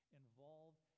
involved